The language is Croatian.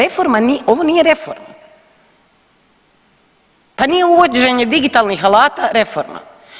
Ovo nije reforma, pa nije uvođenje digitalnih alata reforma.